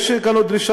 יש לנו דרישה